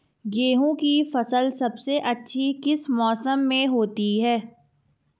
गेंहू की फसल सबसे अच्छी किस मौसम में होती है?